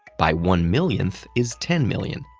by one-millionth is ten million,